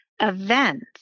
events